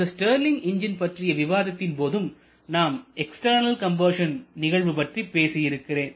இந்த Stirling engine பற்றிய விவாதத்தின் போதும் நாம் எக்ஸ்டர்னல் கம்பஷன் நிகழ்வு பற்றி பேசி இருக்கிறோம்